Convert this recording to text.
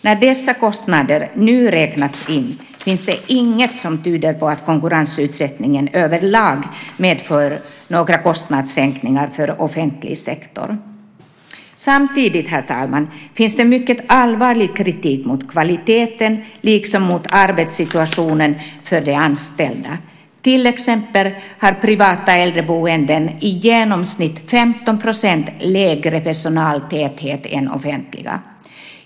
När dessa kostnader nu räknats in finns det inget som tyder på att konkurrensutsättningen överlag medför några kostnadssänkningar för offentlig sektor. Samtidigt, herr talman, finns det mycket allvarlig kritik mot kvaliteten, liksom mot arbetssituationen för de anställda. Till exempel har privata äldreboenden i genomsnitt 15 % lägre personaltäthet än offentliga.